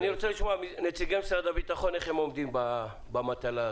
אני רוצה לשמוע מנציגי משרד הביטחון איך הם עומדים במטלה הזאת.